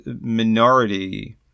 minority